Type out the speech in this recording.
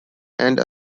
and